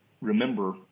Remember